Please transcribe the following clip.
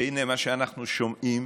והינה, מה שאנחנו שומעים